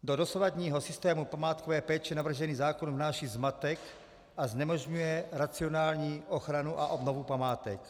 Do dosavadního systému památkové péče navržený zákon vnáší zmatek a znemožňuje racionální ochranu a obnovu památek.